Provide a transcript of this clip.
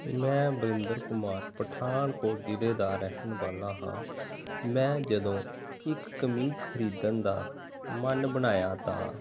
ਮੈਂ ਵਰਿੰਦਰ ਕੁਮਾਰ ਪਠਾਨਕੋਟ ਜ਼ਿਲ੍ਹੇ ਦਾ ਰਹਿਣ ਵਾਲਾ ਹਾਂ ਮੈਂ ਜਦੋਂ ਇੱਕ ਕਮੀਜ਼ ਖਰੀਦਣ ਦਾ ਮਨ ਬਣਾਇਆ ਤਾਂ